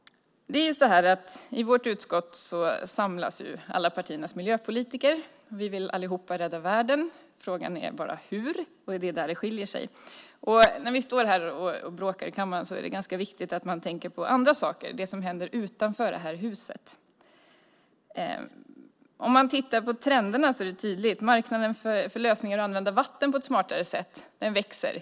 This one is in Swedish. I vårt utskott samlas alla partiernas miljöpolitiker. Vi vill allihop rädda världen. Frågan är bara hur - det är där det skiljer sig. När vi står här och bråkar i kammaren är det ganska viktigt att man tänker på andra saker, det som händer utanför det här huset. Om man tittar på trenderna ser man tydligt att marknaden för lösningar för att använda vatten på ett smartare sätt hela tiden växer.